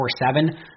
24-7